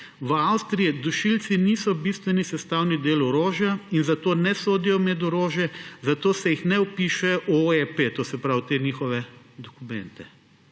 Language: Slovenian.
V Avstriji dušilci niso bistveni sestavni del orožja, zato ne sodijo med orožje, zato se jih ne vpišejo v te njihove dokumente.